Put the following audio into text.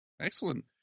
Excellent